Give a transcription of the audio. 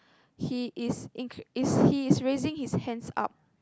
he is in~ is he is raising his hands up